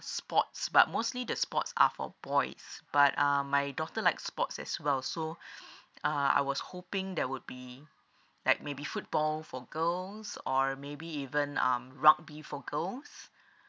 sports but mostly the sports are for boys but uh my daughter like sports as well so uh I was hoping there would be like maybe football for girls or maybe even um rugby for girls